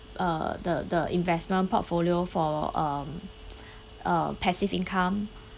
uh the the investment portfolio for um um passive income